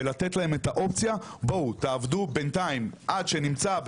ולתת להם את האופציה בואו תעבדו בינתיים עד שנמצא,